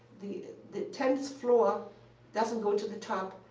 the the tenth floor doesn't go to the top.